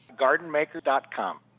Gardenmaker.com